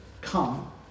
come